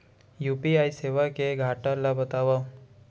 UPI सेवा के घाटा ल बतावव?